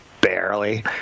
barely